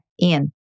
Ian